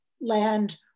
land